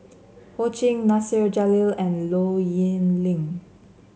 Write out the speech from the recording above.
Ho Ching Nasir Jalil and Low Yen Ling